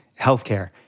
healthcare